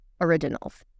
originals